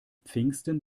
pfingsten